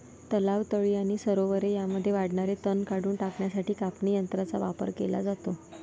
तलाव, तळी आणि सरोवरे यांमध्ये वाढणारे तण काढून टाकण्यासाठी कापणी यंत्रांचा वापर केला जातो